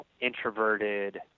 introverted